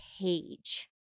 page